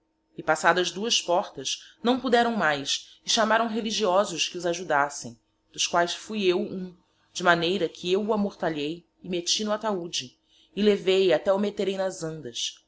e passadas duas portas não podéraõ mais e chamaraõ religiosos que os ajudassem dos quaes fui eu hum de maneira que eu o amortalhei e meti no ataude e levei até o meterem nas andas